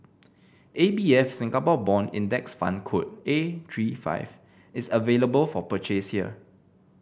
A B F Singapore Bond Index Fund code A three five is available for purchase here